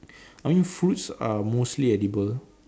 I mean fruits are mostly edible